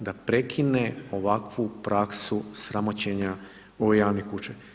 da prekine ovakvu praksu sramoćenja ove javne kuće.